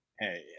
Hey